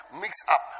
mix-up